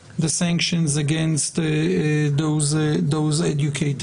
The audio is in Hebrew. אני כן אציין כבר עכשיו שקביעת עונש מזערי זה משהו שהוא חריג.